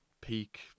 peak